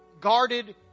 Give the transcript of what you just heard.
guarded